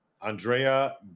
Andrea